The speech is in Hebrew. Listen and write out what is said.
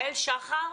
הכנסת.